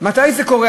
מתי זה קורה?